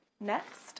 Next